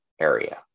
area